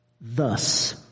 thus